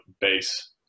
base